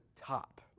top